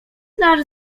nasz